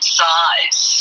size